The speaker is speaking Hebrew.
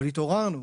אבל התעוררנו,